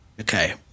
Okay